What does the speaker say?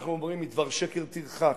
אנחנו אומרים: מדבר שקר תרחק.